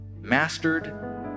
mastered